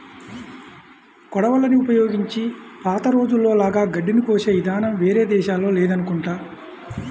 కొడవళ్ళని ఉపయోగించి పాత రోజుల్లో లాగా గడ్డిని కోసే ఇదానం వేరే దేశాల్లో లేదనుకుంటా